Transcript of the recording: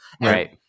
Right